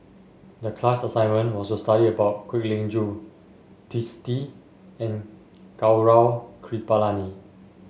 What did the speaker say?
the class assignment was to study about Kwek Leng Joo Twisstii and Gaurav Kripalani